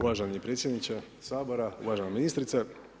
Uvaženi predsjedniče Sabora, uvažena ministrice.